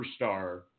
superstar